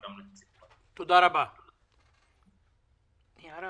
הצעה לסדר-היום בנושא: העדר